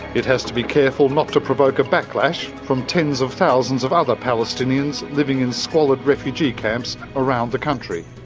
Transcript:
it has to be careful not to provoke a backlash from tens of thousands of other palestinians living in squalid refugee camps around the country.